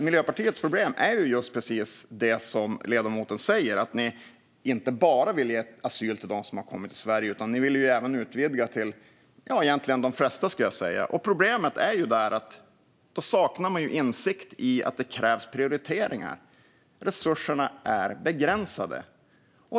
Miljöpartiets problem är just precis det som ledamoten säger: Ni vill inte bara ge asyl till dem som har kommit till Sverige, utan ni vill även utvidga det till egentligen de flesta. Problemet är att man saknar insikt i att det krävs prioriteringar. Resurserna är begränsade.